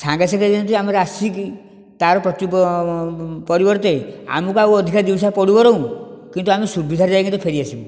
ସାଙ୍ଗେ ସାଙ୍ଗେ ଆମର ଯେମିତି ଆସିକି ତା'ର ପରିବର୍ତ୍ତେ ଆମକୁ ଆଉ ଅଧିକ ଦୁଇ ପଇସା ପଡ଼ୁ ବରଂ କିନ୍ତୁ ଆମେ ସୁବିଧାରେ ଯାଇକି ଫେରି ଆସିବୁ